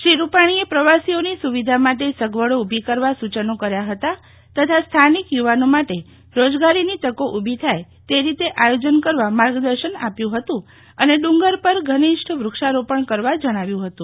શ્રી રુપાણીએ પ્રવાસીઓની સુવિધા માટે સગવડો ઉભી કરવા સૂચનો કર્યા હતા તથા સ્થાનિક યુવાનો માટે રોજગારી તકો ઉભી થાય તે રીતે આયોજન કરવા માર્ગદર્શન આપ્યું હતું અને ડુંગર પર ઘનિષ્ઠ વુક્ષારોપણ કરવા જણાવ્યું હતું